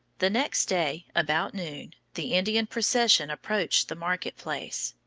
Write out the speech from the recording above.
the next day, about noon, the indian procession approached the market place.